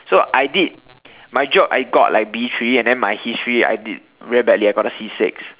so I did my geog I got like B three and then my history I did really badly I got a C six